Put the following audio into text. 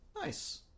Nice